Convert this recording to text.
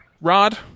Rod